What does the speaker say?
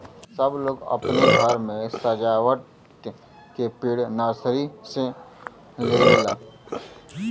सब लोग अपने घरे मे सजावत के पेड़ नर्सरी से लेवला